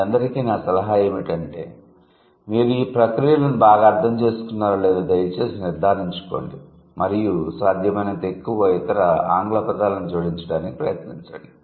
మీ అందరికీ నా సలహా ఏమిటంటే మీరు ఈ ప్రక్రియలను బాగా అర్థం చేసుకున్నారో లేదో దయచేసి నిర్ధారించుకోండి మరియు సాధ్యమైనంత ఎక్కువ ఇతర ఆంగ్ల పదాలను జోడించడానికి ప్రయత్నించండి